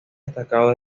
destacados